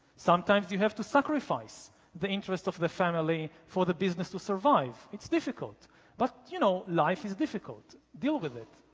sometimes, you have to sacrifice the interest of the family for the business to survive. it's difficult but you know, life is difficult. deal with it.